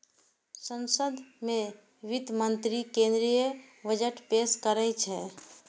संसद मे वित्त मंत्री केंद्रीय बजट पेश करै छै